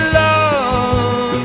love